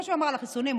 כמו שאמר על החיסונים,